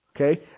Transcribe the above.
Okay